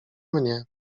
mnie